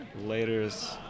Laters